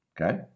okay